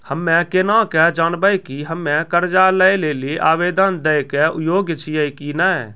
हम्मे केना के जानबै कि हम्मे कर्जा लै लेली आवेदन दै के योग्य छियै कि नै?